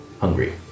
hungry